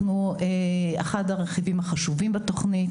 אחד הרכיבים החשובים בתוכנית,